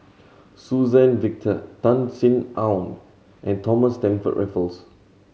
Suzann Victor Tan Sin Aun and Thomas Stamford Raffles